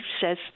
says